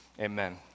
Amen